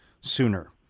sooner